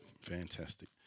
fantastic